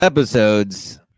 episodes